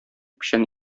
печән